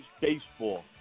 baseball